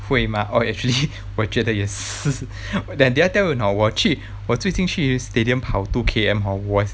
会 mah oh actually 我觉得也是 did I did I tell you 你懂我去我最近去 stadium 跑 two K_M hor 我